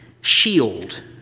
shield